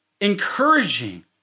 encouraging